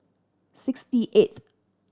sixty eighth